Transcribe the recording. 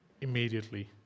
immediately